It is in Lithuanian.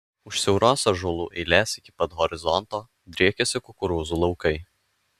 už siauros ąžuolų eilės iki pat horizonto driekiasi kukurūzų laukai